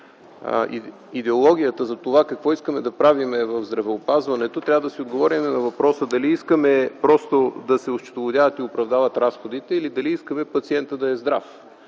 идеологията за това какво искаме да правим в здравеопазването, трябва да си отговорим на въпроса дали искаме просто да се осчетоводяват и оправдават разходите или дали искаме пациентът да е здрав.